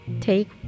take